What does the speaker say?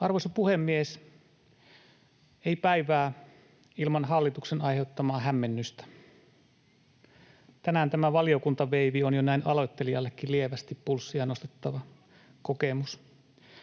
Arvoisa puhemies! Ei päivää ilman hallituksen aiheuttamaa hämmennystä. Tänään tämä valiokuntaveivi on jo näin aloittelijallekin lievästi pulssia nostattava kokemus.